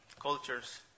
cultures